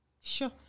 sure